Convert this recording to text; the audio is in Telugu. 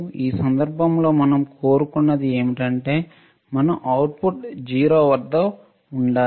ఈ సందర్భంలో మనం కోరుకున్నది ఏమిటంటే మనం అవుట్పుట్ 0 వద్ద ఉండాలి